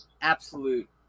absolute